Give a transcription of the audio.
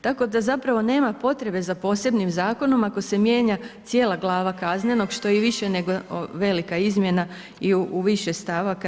Tako da zapravo nema potrebe za posebnim zakonom ako se mijenja cijela glava kaznenog što je i više nego velika izmjena i u više stavaka.